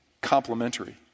complementary